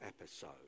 episode